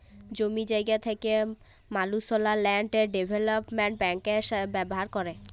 জমি জায়গা থ্যাকা মালুসলা ল্যান্ড ডেভলোপমেল্ট ব্যাংক ব্যাভার ক্যরে